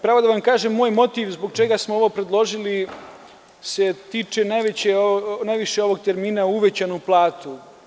Pravo da vam kažem, moj motiv zbog čega smo ovo predložili se tiče najviše ovog termina „uvećana plata“